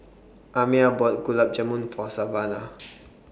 Amiah bought Gulab Jamun For Savana